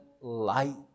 light